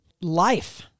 Life